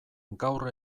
gaur